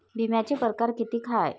बिम्याचे परकार कितीक हाय?